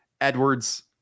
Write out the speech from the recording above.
Edwards